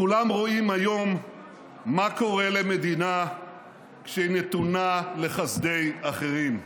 כולם רואים היום מה קורה למדינה כשהיא נתונה לחסדי אחרים.